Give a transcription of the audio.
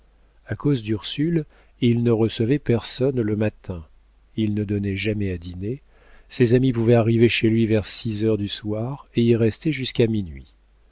a cause d'ursule il ne recevait personne le matin il ne donnait jamais à dîner ses amis pouvaient arriver chez lui vers six heures du soir et y rester jusqu'à minuit